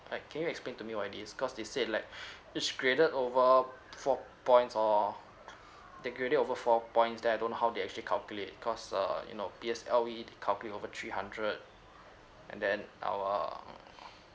like can you explain to me what it is cause they say like its graded over four points or they graded over four points then I don't how they actually calculate cause err you know P_S_ L_E they calculate over three hundred and then our